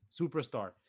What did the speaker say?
superstar